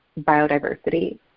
biodiversity